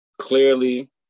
Clearly